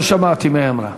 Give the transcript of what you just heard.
לא שמעתי מה היא אמרה.